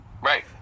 right